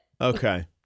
Okay